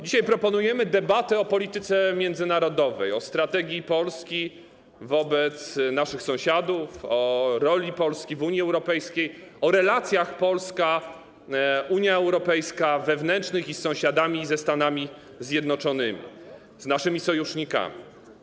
Dzisiaj proponujemy debatę o polityce międzynarodowej, o strategii Polski wobec naszych sąsiadów, o naszej roli w Unii Europejskiej, o relacjach Polska - Unia Europejska, wewnętrznych, z sąsiadami i ze Stanami Zjednoczonymi, z naszymi sojusznikami.